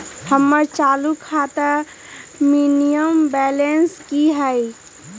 हमर चालू खाता के मिनिमम बैलेंस कि हई?